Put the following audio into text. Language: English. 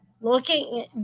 looking